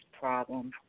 problem